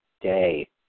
day